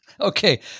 Okay